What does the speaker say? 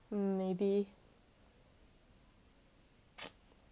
mm maybe